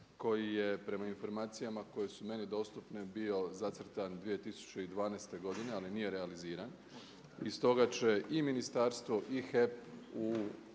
koji je prema informacijama koje su meni dostupne bio zacrtan 2012. godine ali nije realiziran. I stoga će i ministarstvo i HEP u